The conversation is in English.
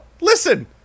Listen